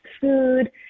food